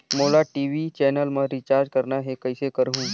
मोला TV channel मा recharge करना हे, कइसे करहुँ?